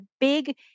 big